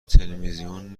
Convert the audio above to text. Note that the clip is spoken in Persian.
تلویزیون